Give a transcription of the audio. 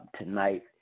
tonight